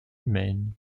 maine